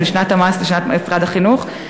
בין שנת המס לשנת משרד החינוך,